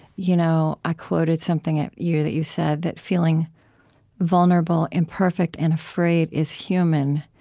you know i quoted something at you that you said that feeling vulnerable, imperfect, and afraid is human.